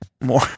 more